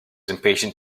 impatient